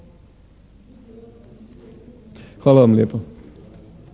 Hvala vam lijepa.